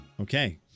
Okay